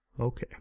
okay